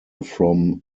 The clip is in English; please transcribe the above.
from